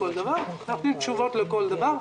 אנחנו נותנים תשובות לכל דבר.